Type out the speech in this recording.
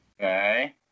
Okay